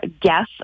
guess